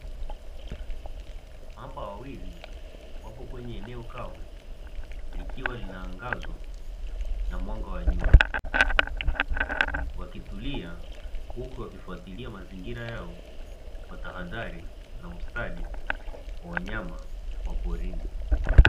Mamba wawili wapo kwenye eneo kavu likiwa linaangazwa na mwanga wa jua, huku wakitulia kwa kufuatlia mazingira yao kwa tahadhari na ustadi wa wanyama wa porini.